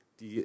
Die